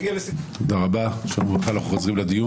(הישיבה נפסקה בשעה 14:40 ונתחדשה בשעה 14:43) (היו"ר יצחק פינדרוס,